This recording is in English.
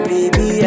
Baby